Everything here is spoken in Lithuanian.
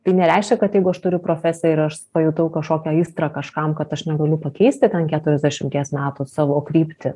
tai nereiškia kad jeigu aš turiu profesiją ir aš pajutau kažkokią aistrą kažkam kad aš negaliu pakeisti keturiasdešimties metų savo kryptį